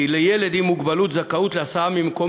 כי לילד עם מוגבלות זכאות להסעה ממקום